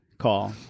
call